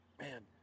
man